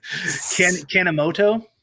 Kanemoto